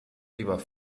lieber